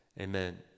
Amen